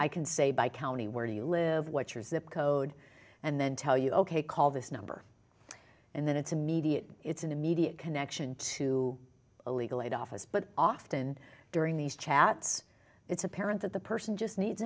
i can say by county where do you live what your zip code and then tell you ok call this number and then it's immediate it's an immediate connection to a legal aid office but often during these chats it's apparent that the person just needs